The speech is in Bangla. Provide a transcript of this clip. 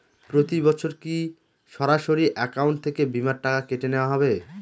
প্রতি বছর কি সরাসরি অ্যাকাউন্ট থেকে বীমার টাকা কেটে নেওয়া হবে?